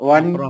One